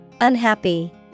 Unhappy